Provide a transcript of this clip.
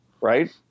right